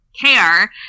care